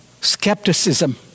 skepticism